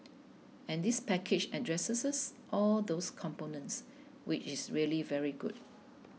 and this package addresses all those components which is really very good